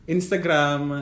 Instagram